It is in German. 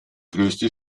größte